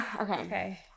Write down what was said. Okay